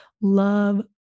love